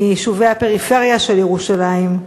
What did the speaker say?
מיישובי הפריפריה של ירושלים,